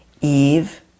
Eve